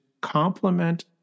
complement